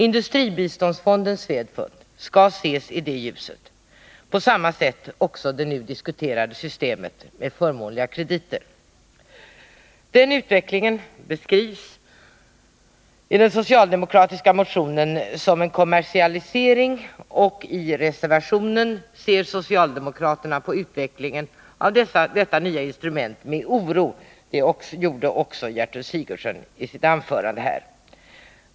Industribiståndsfonden Swedfund skall ses i detta ljus. På samma sätt skall också det nu diskuterade systemet med förmånliga krediter ses. Den utvecklingen beskrivs i den socialdemokratiska motionen som en kommersialisering. I reservationen ser socialdemokraterna på utvecklingen av dessa nya instrument med oro. Det gjorde också Gertrud Sigurdsen i sitt anförande här.